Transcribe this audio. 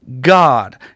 God